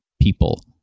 people